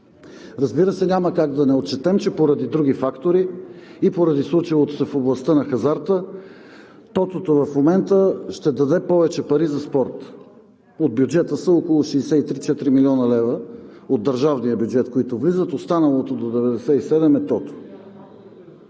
Разбира се, няма как да не отчетем, че поради други фактори и поради случилото се в областта на хазарта тотото в момента ще даде повече пари за спорта от бюджета си, около 63 – 64 млн. лв. от държавния бюджет, които влизат, останалото до 97 е тото.